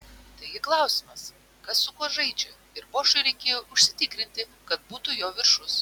taigi klausimas kas su kuo žaidžia ir bošui reikėjo užsitikrinti kad būtų jo viršus